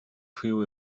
feel